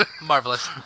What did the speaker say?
Marvelous